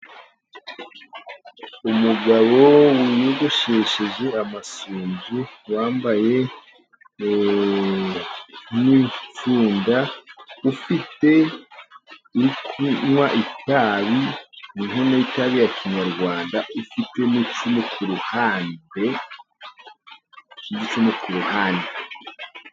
Umugabo wigoshesheje amasuzu, wambaye nk'imfunga ufite uri kunywa itabi, inkono y'itabi ya kinyarwanda, ufite n'icumu ku ruhande.